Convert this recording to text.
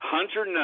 Hunter